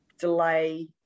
delay